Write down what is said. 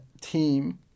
team